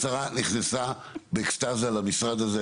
השרה נכנסה באקסטזה למשרד הזה.